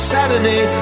Saturday